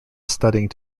studying